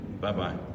Bye-bye